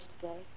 today